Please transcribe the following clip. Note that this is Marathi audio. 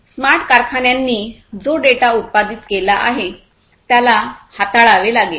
स्मार्ट कारखान्यांनी जो डेटा उत्पादित केला आहे त्याला हाताळावे लागेल